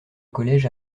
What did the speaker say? collège